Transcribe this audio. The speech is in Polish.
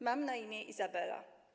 Mam na imię Izabela.